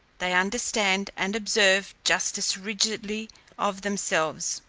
they understand and observe justice rigidly of themselves.